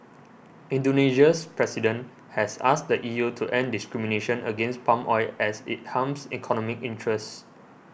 Indonesia's President has asked the E U to end discrimination against palm oil as it harms economic interests